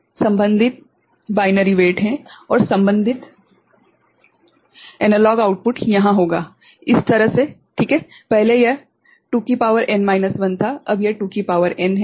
तो ये संबंधित बाइनरी वेट हैं और संबंधित एनालॉग आउटपुट यहां होगा इस तरह से ठीक है पहले यह 2 की शक्ति n 1 था अब यह 2 की शक्ति n है